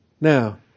Now